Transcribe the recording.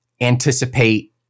anticipate